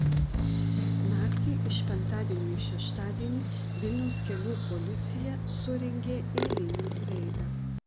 naktį iš penktadienio į šeštadienį vilniaus kelių policija surengė eilinį reidą